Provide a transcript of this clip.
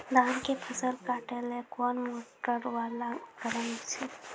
धान के फसल काटैले कोन मोटरवाला उपकरण होय छै?